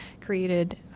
created